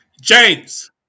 James